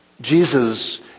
Jesus